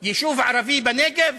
יישוב ערבי בנגב,